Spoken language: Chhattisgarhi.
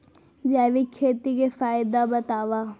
जैविक खेती के फायदा बतावा?